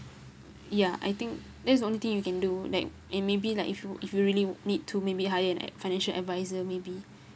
ya I think that's the only thing you can do like and maybe like if you if you really need to maybe hire like financial adviser maybe